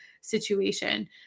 situation